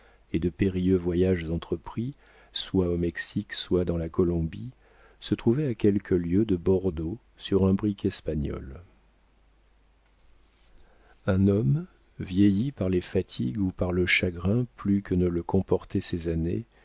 et de périlleux voyages entrepris soit au mexique soit dans la colombie se trouvaient à quelques lieues de bordeaux sur un brick espagnol un homme vieilli par les fatigues ou par le chagrin plus que ne le comportaient ses années